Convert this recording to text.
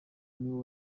niwo